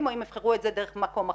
או אם יבחרו לעשות את זה דרך מקום אחר.